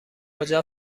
کجا